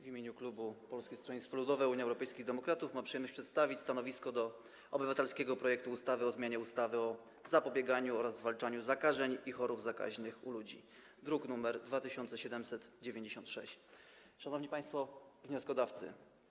W imieniu klubu Polskiego Stronnictwa Ludowego - Unii Europejskich Demokratów mam przyjemność przedstawić stanowisko wobec obywatelskiego projektu ustawy o zmianie ustawy o zapobieganiu oraz zwalczaniu zakażeń i chorób zakaźnych u ludzi, druk nr 2796. Szanowni Państwo Wnioskodawcy!